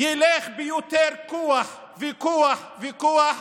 ילך ביותר כוח וכוח וכוח,